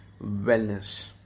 wellness